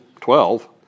Twelve